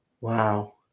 wow